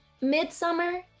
Midsummer